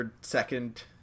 second